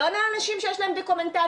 לא לאנשים שיש להם דוקומנטציה,